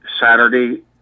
saturday